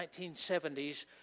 1970s